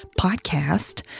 podcast